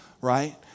right